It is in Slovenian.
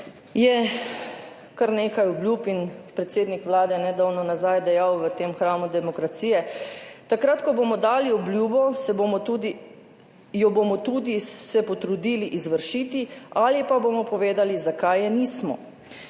Je kar nekaj obljub in predsednik Vlade je nedavno nazaj dejal v tem hramu demokracije: »Takrat ko bomo dali obljubo, se jo bomo tudi potrudili izvršiti ali pa bomo povedali, zakaj je nismo.«